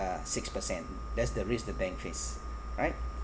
six percent that's the risk the bank face right